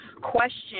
question